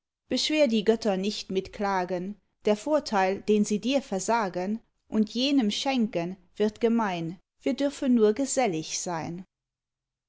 die götter nicht mit klagen der vorteil den sie dir versagen und jenem schenken wird gemein wir dürfen nur gesellig sein